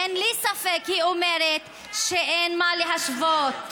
אין לי ספק, היא אומרת, שאין מה להשוות.